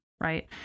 right